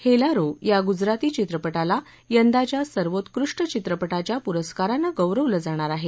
हेलारो या गुजराती चित्रपतिला यंदाच्या सर्वोत्कृष्ट चित्रपतिव्या पुरस्कारानं गौरवलं जाणार आहे